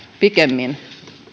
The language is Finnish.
pikemmin